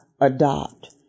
adopt